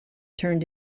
turned